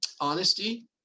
honesty